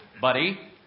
buddy